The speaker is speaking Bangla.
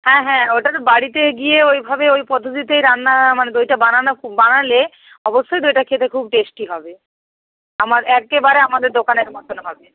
হ্যাঁ হ্যাঁ ওটা তো বাড়িতে গিয়ে ওই ভাবে ওই পদ্ধতিতেই রান্না মানে দইটা বানানো খু বানালে অবশ্যই দইটা খেতে খুব টেস্টি হবে আমার একেবারে আমাদের দোকানের মতো হবে